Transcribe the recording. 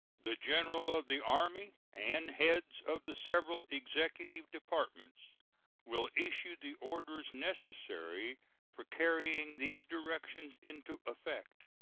the general of the army and heads of the several executive departments will issue the orders necessary for carrying these directions into effect.